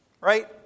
Right